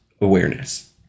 awareness